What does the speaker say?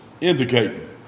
indicating